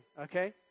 okay